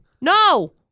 No